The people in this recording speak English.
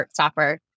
Heartstopper